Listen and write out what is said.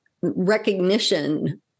recognition